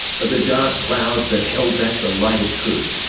but the dark clouds that held back the light of truth,